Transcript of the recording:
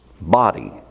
body